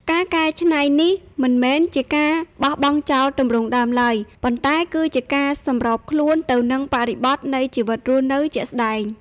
ការកែច្នៃនេះមិនមែនជាការបោះបង់ចោលទម្រង់ដើមឡើយ ប៉ុន្តែគឺជាការសម្របខ្លួនទៅនឹងបរិបទនៃជីវិតរស់នៅជាក់ស្ដែង។